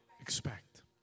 expect